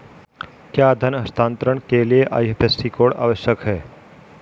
क्या धन हस्तांतरण के लिए आई.एफ.एस.सी कोड आवश्यक है?